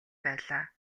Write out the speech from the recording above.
байлаа